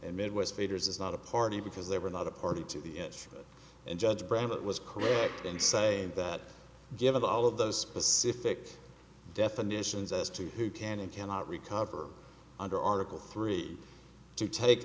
and midwest fader's is not a party because they were not a party to the edge and judge brinn it was correct in saying that given all of those specific definitions as to who can and cannot recover under article three to take